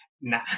nah